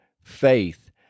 faith